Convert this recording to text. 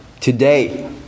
today